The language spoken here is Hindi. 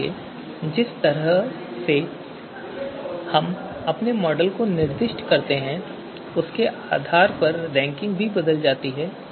इसलिए जिस तरह से हम अपने मॉडल को निर्दिष्ट करते हैं उसके आधार पर रैंकिंग भी बदल सकती है